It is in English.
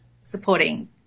supporting